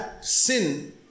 sin